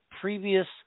previous